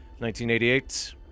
1988